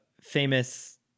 famous